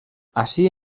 ací